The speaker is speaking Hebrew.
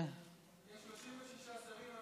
יש 36 שרים.